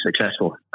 successful